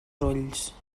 ulls